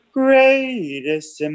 greatest